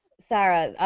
sarah,